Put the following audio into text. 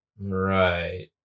Right